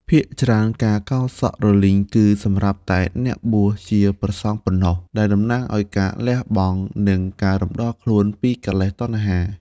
ភាគច្រើន ការកោរសក់រលីងគឺសម្រាប់តែអ្នកបួសជាព្រះសង្ឃប៉ុណ្ណោះ ដែលតំណាងឲ្យការលះបង់ និងការរំដោះខ្លួនពីកិលេសតណ្ហា។